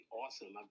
awesome